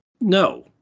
No